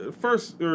first